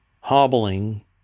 hobbling